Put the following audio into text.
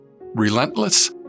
Relentless